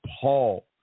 Paul